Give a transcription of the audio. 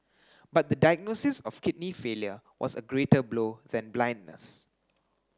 but the diagnosis of kidney failure was a greater blow than blindness